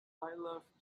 love